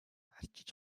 арчиж